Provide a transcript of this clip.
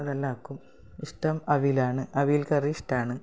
അതെല്ലാക്കും ഇഷ്ടം അവിയലാണ് അവിയൽ കറി ഇഷ്ടമാണ്